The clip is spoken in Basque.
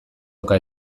oka